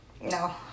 No